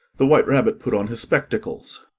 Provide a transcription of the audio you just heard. the white rabbit put on his spectacles.